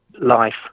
life